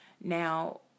Now